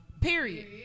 period